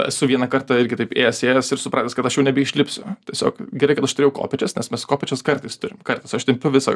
esu vieną kartą irgi taip ėjęs ėjęs ir supratęs kad aš jau nebeišlipsiu tiesiog gerai kad aš turėjau kopėčias nes mes kopėčias kartais turim kartais aš tempiu visą